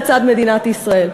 לצד מדינת ישראל.